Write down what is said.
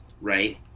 right